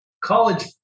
college